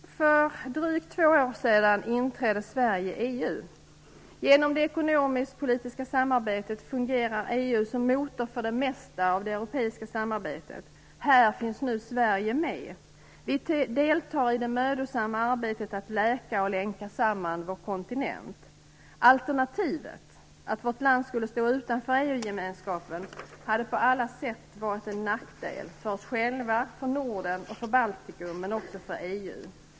För drygt två år sedan inträdde Sverige i EU. Genom det ekonomisk-politiska samarbetet fungerar EU som motor för det mesta av det europeiska samarbetet. Här finns nu Sverige med. Vi deltar i det mödosamma arbetet att läka och länka samman vår kontinent. Alternativet - att vårt land skulle stå utanför EU-gemenskapen - hade på alla sätt varit en nackdel, för oss själva, för Norden och Baltikum, men också för EU.